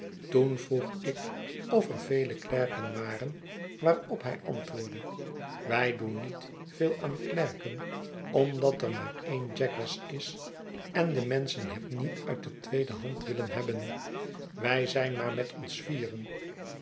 toen vroeg ik of er vele klerken waren waarop hij antwoordde wij doen niet veel aan klerken omdat er maar en jaggers is en de menschen hem niet uit de tweede hand willen hebben wij zijn maar met ons vieren